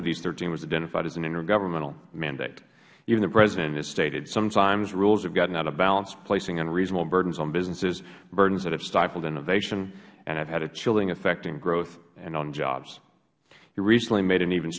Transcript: of these thirteen was identified as an intergovernmental mandate even the president has stated sometimes rules have gotten out of balance placing unreasonable burdens on businesses burdens that have stifled innovation and have had a chilling effect on growth and on jobs he recently made an even